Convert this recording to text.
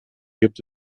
gibt